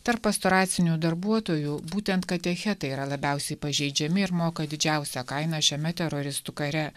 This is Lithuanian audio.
tarp pastoracinių darbuotojų būtent katechetai yra labiausiai pažeidžiami ir moka didžiausią kainą šiame teroristų kare